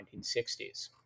1960s